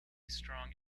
strong